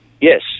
Yes